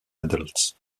adults